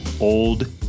old